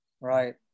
right